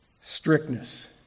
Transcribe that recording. strictness